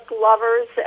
lovers